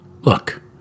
Look